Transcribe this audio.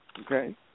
okay